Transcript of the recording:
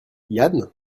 yann